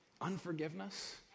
unforgiveness